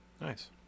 Nice